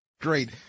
Great